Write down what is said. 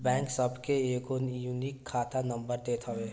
bank सबके एगो unique खाता नंबर देत हवे